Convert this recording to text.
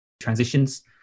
transitions